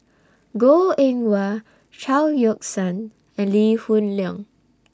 Goh Eng Wah Chao Yoke San and Lee Hoon Leong